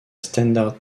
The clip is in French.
standard